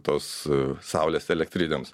tos saulės elektrinėms